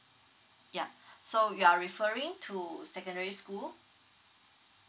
yup so you are referring to secondary school